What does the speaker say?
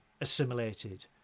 assimilated